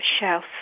shelf